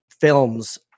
films